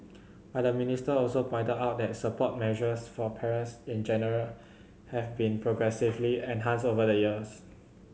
but the minister also pointed out that support measures for parents in general have been progressively enhanced over the years